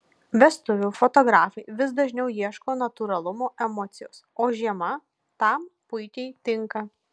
vestuvių fotografai vis dažniau ieško natūralumo emocijos o žiema tam puikiai tinka